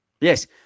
yes